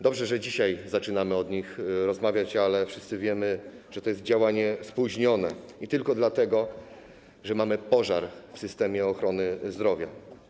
Dobrze, że dzisiaj zaczynamy o nich rozmawiać, ale wszyscy wiemy, że to jest działanie spóźnione i tylko dlatego następuje, że mamy pożar w systemie ochrony zdrowia.